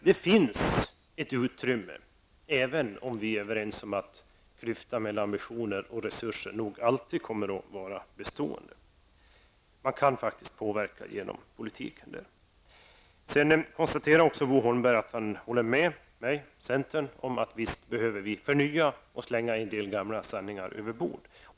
Det finns ett utrymme även om vi är överens om att klyftan mellan ambitioner och resurser alltid kommer att vara bestående. Man kan faktiskt påverka genom politik. Bo Holmberg håller med centern om att vi behöver förnya och slänga en del gamla sanningar över bord.